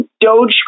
Doge